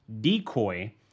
decoy